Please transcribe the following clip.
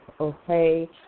okay